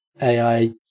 AI